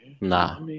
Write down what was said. Nah